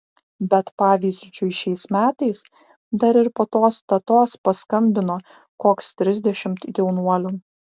bet pavyzdžiui šiais metais dar ir po tos datos paskambino koks trisdešimt jaunuolių